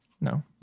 No